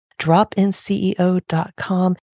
dropinceo.com